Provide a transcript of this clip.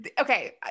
okay